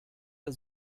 der